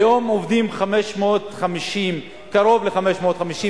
היום עובדים קרוב ל-550,